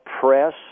Press